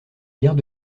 guerres